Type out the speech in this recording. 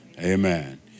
Amen